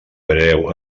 breu